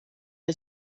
wir